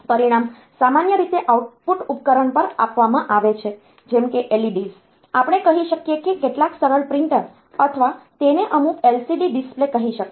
પરિણામ સામાન્ય રીતે આઉટપુટ ઉપકરણ પર આપવામાં આવે છે જેમ કે LEDs આપણે કહી શકીએ કે કેટલાક સરળ પ્રિન્ટર અથવા તેને અમુક LCD ડિસ્પ્લે કહી શકાય